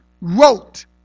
wrote